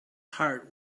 heart